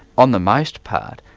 on the most part,